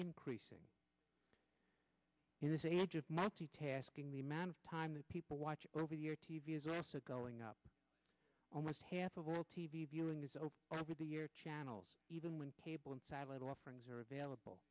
increasing in this age of multitasking the amount of time that people watch over your t v is also going up almost half of all t v viewing is over or over the year channels even when cable and satellite offerings are available